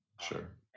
sure